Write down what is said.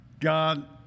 God